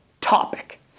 topic